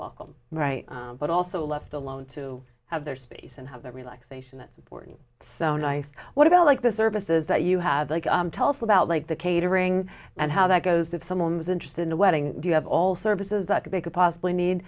welcome right but also left alone to have their space and have their relaxation that's important so nice what about like the services that you have tell us about like the catering and how that goes with someone's interest in the wedding do you have all services that they could possibly need